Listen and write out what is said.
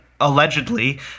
allegedly